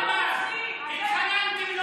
אם לא הייתם חוברים,